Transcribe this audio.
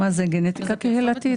מה זו התכנית של גנטיקה קהילתית?